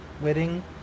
wedding